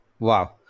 Wow